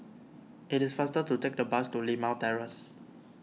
its faster to take the bus to Limau Terrace